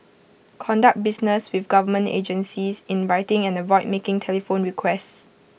conduct business with government agencies in writing and avoid making telephone requests